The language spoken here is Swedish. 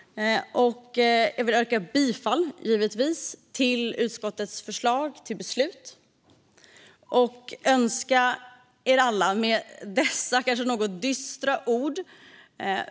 Jag vill givetvis yrka bifall till utskottets förslag till beslut. Detta var kanske något dystra ord.